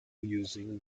using